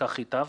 כך ייטב,